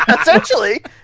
Essentially